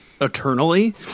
eternally